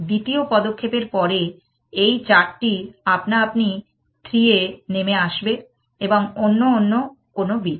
দ্বিতীয় পদক্ষেপের পরে এই 4টি আপনাআপনি 3 এ নেমে আসবে এবং অন্য অন্য কোনো বিট